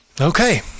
Okay